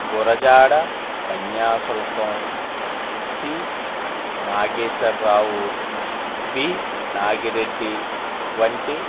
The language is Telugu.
గురజాడ కన్యాశుల్కం సి నాగేశ్వర్రావు బి నాగిరెడ్డి వంటి